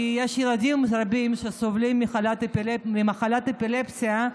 כי יש ילדים רבים שחולים במחלת האפילפסיה,